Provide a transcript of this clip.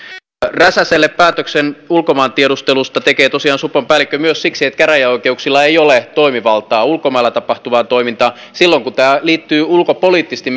räsäselle päätöksen ulkomaantiedustelusta tekee tosiaan supon päällikkö myös siksi että käräjäoikeuksilla ei ole toimivaltaa ulkomailla tapahtuvaan toimintaan silloin kun tämä liittyy ulkopoliittisesti